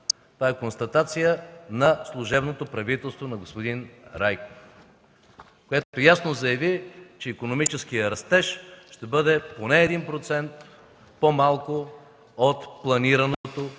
Това е констатация на служебното правителство на господин Райков, което ясно заяви, че икономическият растеж ще бъде поне 1% по-малко от планираното